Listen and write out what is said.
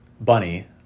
bunny